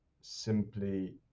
simply